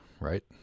Right